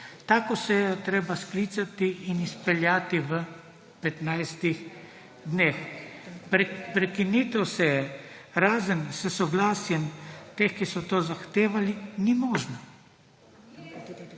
Tako sejo je treba sklicati in izpeljati v 15 dneh. Prekinitev seje, razen s soglasjem teh, ki so to zahtevali, ni možna.